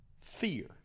fear